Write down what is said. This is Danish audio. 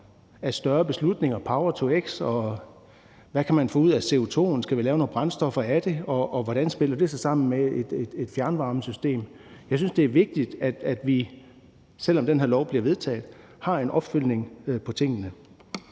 handler det om power-to-x og om, hvad man kan få ud af CO2: Skal vi lave brændstoffer af det, og hvordan spiller det så sammen med et fjernvarmesystem? Jeg synes, det er vigtigt, at vi, selv om det her lovforslag bliver vedtaget, har en opfølgning på tingene.